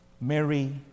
Mary